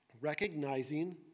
recognizing